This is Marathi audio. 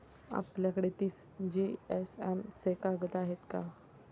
आपल्याकडे तीस जीएसएम चे कागद आहेत का?